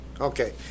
Okay